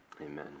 Amen